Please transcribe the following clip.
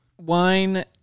Wine